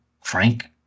Frank